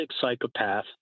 psychopath